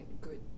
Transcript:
good